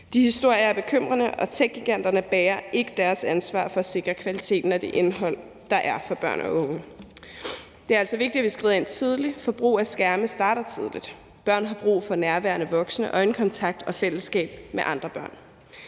De historier er bekymrende, og techgiganterne bærer ikke deres ansvar for at sikre kvaliteten af det indhold, der er for børn og unge. Det er altså vigtigt, at vi skrider ind tidligt, for brug af skærme starter tidligt. Børn har brug for nærværende voksne, øjenkontakt og fællesskab med andre børn.